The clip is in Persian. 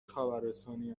خبررسانی